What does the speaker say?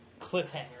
cliffhanger